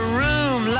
room